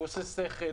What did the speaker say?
הוא עושה שכל.